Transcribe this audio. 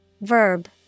Verb